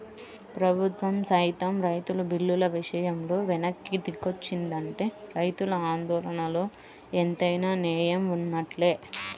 ప్రభుత్వం సైతం రైతు బిల్లుల విషయంలో వెనక్కి దిగొచ్చిందంటే రైతుల ఆందోళనలో ఎంతైనా నేయం వున్నట్లే